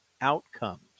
outcomes